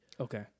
okay